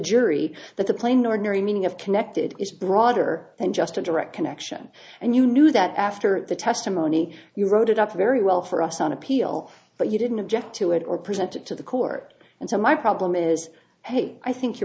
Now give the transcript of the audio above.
jury but the plain ordinary meaning of connected is broader than just a direct connection and you knew that after the testimony you wrote it up very well for us on appeal but you didn't object to it or present it to the court and so my problem is hey i think you're